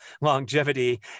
longevity